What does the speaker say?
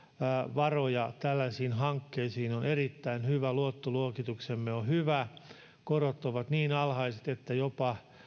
varoja tällaisiin hankkeisiin on on erittäin hyvä luottoluokituksemme on hyvä korot ovat niin alhaiset että jopa